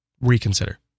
reconsider